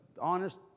honest